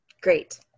Great